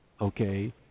okay